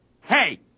Hey